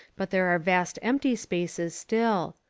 but there are vast empty spaces still.